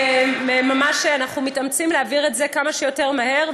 ואנחנו מתאמצים להעביר את זה כמה שיותר מהר.